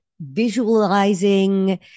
visualizing